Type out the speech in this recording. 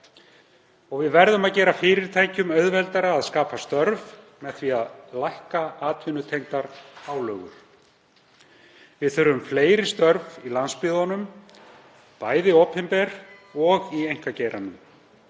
Við verðum að gera fyrirtækjum auðveldara að skapa störf með því að lækka atvinnutengdar álögur. Við þurfum fleiri störf í landsbyggðunum, bæði opinber og í einkageiranum.